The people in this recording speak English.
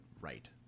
right